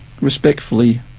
respectfully